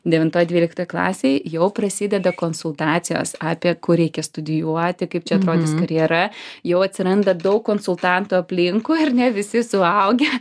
devintoj dvyliktoj klasėj jau prasideda konsultacijos apie kur reikia studijuoti kaip čia atrodys karjera jau atsiranda daug konsultantų aplinkui ar ne visi suaugę